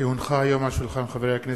כי הונחה היום על שולחן הכנסת,